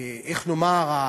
איך נאמר,